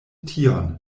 tion